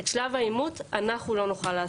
את שלב האימות אנחנו לא נוכל לעשות.